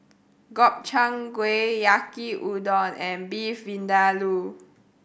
Gobchang Gui Yaki Udon and Beef Vindaloo